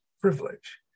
privilege